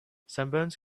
sunburns